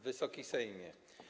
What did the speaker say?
Wysoki Sejmie!